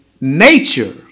nature